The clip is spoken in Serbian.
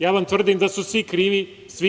Ja vam tvrdim da su svi krivi, svi.